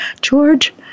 george